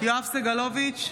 יואב סגלוביץ'